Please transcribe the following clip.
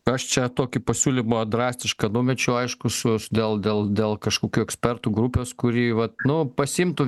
aš čia tokį pasiūlymą drastišką numečiau aišku su dėl dėl dėl kažkokių ekspertų grupės kuri vat nu pasiimtų